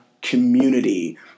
community